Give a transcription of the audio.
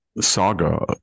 saga